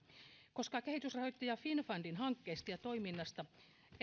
koska kehitysrahoittaja finnfundin hankkeista ja toiminnasta